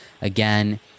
again